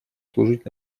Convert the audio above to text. служить